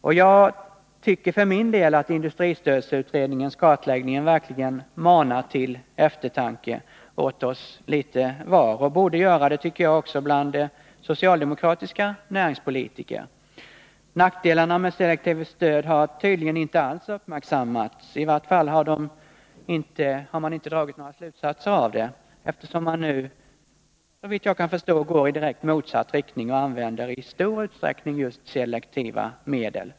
Jag tycker för min del att industristödsutredningens kartläggning verkligen manar till eftertanke för oss litet var, och borde göra det också bland socialdemokratiska näringspolitiker. Nackdelarna med selektivt stöd har tydligen inte alls uppmärksammats. Man har i varje fall inte dragit några sådana slutsatser, eftersom man nu, såvitt jag kan förstå, går i direkt motsatt riktning och använder i stor utsträckning just selektiva medel.